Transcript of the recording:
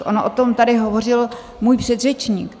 On o tom tady hovořil můj předřečník.